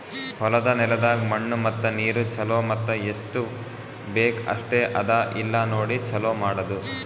ಹೊಲದ ನೆಲದಾಗ್ ಮಣ್ಣು ಮತ್ತ ನೀರು ಛಲೋ ಮತ್ತ ಎಸ್ಟು ಬೇಕ್ ಅಷ್ಟೆ ಅದಾ ಇಲ್ಲಾ ನೋಡಿ ಛಲೋ ಮಾಡದು